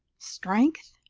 strength?